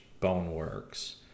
Boneworks